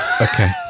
Okay